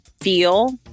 feel